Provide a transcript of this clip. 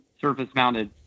surface-mounted